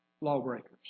lawbreakers